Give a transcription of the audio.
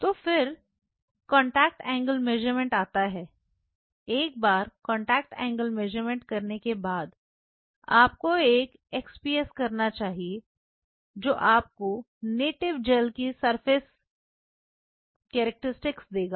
तो फिर contact angle measurement आता है एक बार कॉन्टैक्ट एंगल मेजरमेंट करने के बाद आपको एक एक्सपीएस करना चाहिए जो आपको नेटिव जेल की सरफेस करैक्टरिस्टिक्स देगा